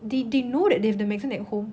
they they know that they have the medicine at home